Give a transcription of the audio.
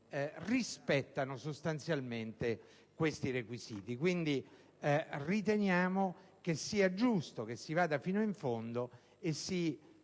rispetta sostanzialmente questi requisiti. Quindi, riteniamo che sia giusto che si vada fino in fondo e si